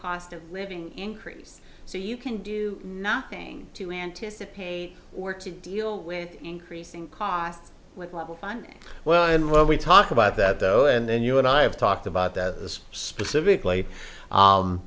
cost of living increase so you can do nothing to anticipate or to deal with increasing costs with level funding well in what we talk about that though and then you and i have talked about that this specifically